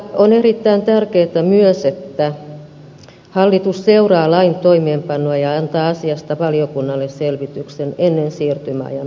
on erittäin tärkeää myös että hallitus seuraa lain toimeenpanoa ja antaa asiasta valiokunnalle selvityksen ennen siirtymäajan päättymistä